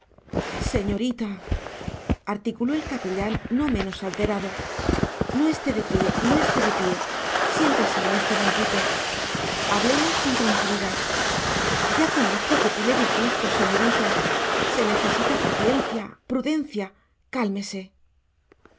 señorita articuló el capellán no menos alterado no esté de pie no esté de pie siéntese en este banquito hablemos con tranquilidad ya conozco que tiene disgustos señorita se necesita paciencia prudencia cálmese